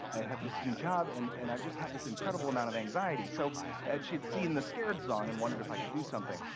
i have this new job, and and i've just had this incredible amount of anxiety. so and she had seen the scared song and wondered if i could do something.